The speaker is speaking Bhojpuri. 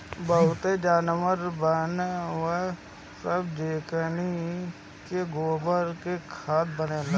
बहुते जानवर बानअ सअ जेकनी के गोबर से खाद बनेला